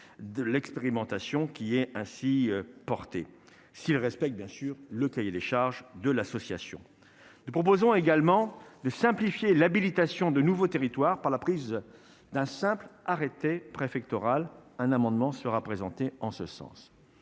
de l'expérimentation qui est ainsi portée s'il respecte bien sûr le cahier des charges de l'association, nous proposons également de simplifier l'habilitation de nouveaux territoires par la prise d'un simple arrêté préfectoral, un amendement sera présenté en ce sens,